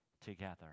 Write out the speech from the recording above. together